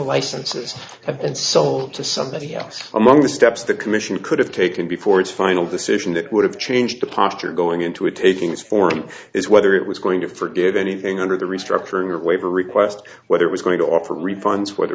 licenses have been sold to somebody else among the steps the commission could have taken before its final decision that would have changed the posture going into it taking its form is whether it was going to forgive anything under the restructuring of waiver request whether it was going to offer refunds whether